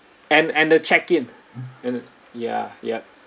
and and the check in and the ya yup